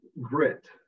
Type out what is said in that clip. grit